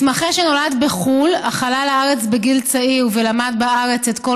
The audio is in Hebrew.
מתמחה שנולד בחו"ל אך עלה לארץ בגיל צעיר ולמד בארץ את כל